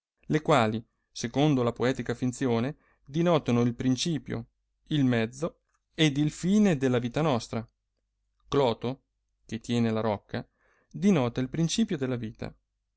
le quali secondo la poetica finzione dinotano il principio il mezzo ed il fine della vita nostra cloto che tiene la rocca dinota il principio della vita